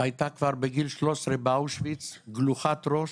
הייתה כבר בגיל 13 באושוויץ גלוחת ראש,